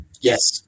yes